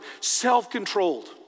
self-controlled